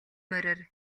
мориор